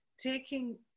Taking